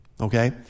okay